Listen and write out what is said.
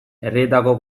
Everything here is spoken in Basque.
herrietako